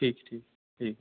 ठीक है ठीक ठीक